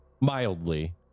Mildly